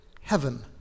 heaven